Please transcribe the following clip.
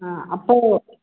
ஆ அப்போது